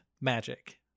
magic